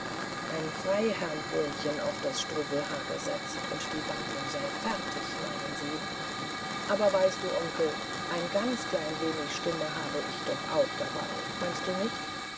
ein freiherrnkrönchen auf das struwwelhaar gesetzt und die wandlung sei fertig meinen sie aber weißt du onkel ein ganz klein wenig stimme habe ich doch auch dabei meinst du nicht